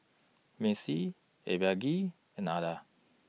Macey Abigayle and Ardath